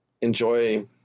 enjoy